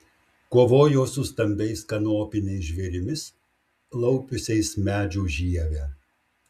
kovojo su stambiais kanopiniais žvėrimis laupiusiais medžių žievę